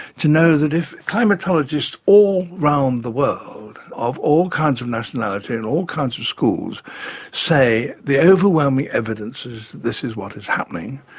to know that if climatologists all around the world of all kinds of nationality and all kinds of schools say the overwhelming evidence is that this is what is happening,